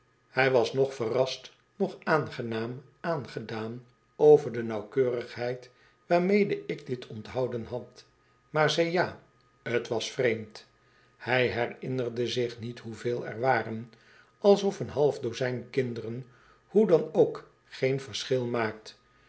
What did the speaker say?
hij was noch verrast noch aangenaam aangedaan over de nauwkeurigheid waarmede ik dit onthouden had maar zei ja t was vreemd hij herinnerde zich niet hoeveel er waren alsof een half dozijn kinderen hoe dan ook geen verschil